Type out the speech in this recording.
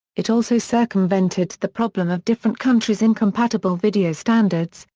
it also circumvented the problem of different countries' incompatible video standards,